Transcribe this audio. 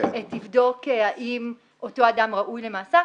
תבדוק האם אותו אדם ראוי לשחרור,